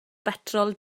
betrol